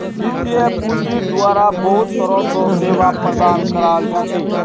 वित्तीय पूंजिर द्वारा बहुत तरह र सेवा प्रदान कराल जा छे